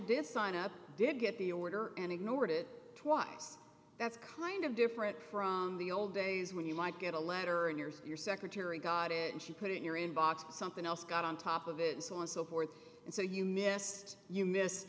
decided up did get the order and ignored it twice that's kind of different from the old days when you might get a letter in your secretary got it and she put it in your inbox something else got on top of it and so on so forth and so you missed you missed